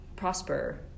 prosper